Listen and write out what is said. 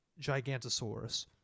gigantosaurus